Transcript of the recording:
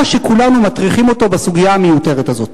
שכולנו מטריחים אותו בסוגיה המיותרת הזאת.